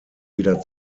wieder